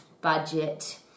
budget